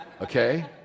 Okay